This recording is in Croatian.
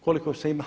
Koliko se ima?